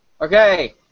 Okay